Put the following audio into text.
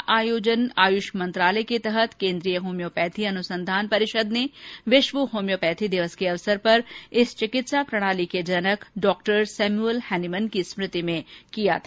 इस सम्मेलन का आयोजन आयुष मंत्रालय के तहत केन्द्रीय होम्योपैथी अनुसंधान परिषद ने विश्व होम्योपैथी दिवस के अवसर पर इस चिकित्सा प्रणाली के जनक डॉक्टर सैमुअल हैनीमैन की स्मृति में किया है